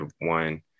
one